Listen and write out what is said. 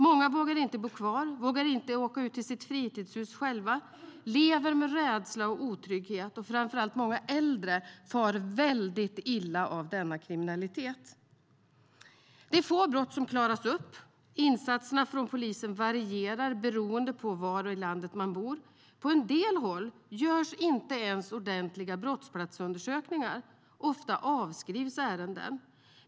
Många vågar inte bo kvar, vågar inte åka ut till sitt fritidshus själva, lever med rädsla och otrygghet. Framför allt många äldre far väldigt illa av denna kriminalitet. Det är få brott som klaras upp. Insatserna från polisen varierar beroende på var i landet man bor. På en del håll görs inte ens ordentliga brottsplatsundersökningar. Ofta avskrivs ärenden.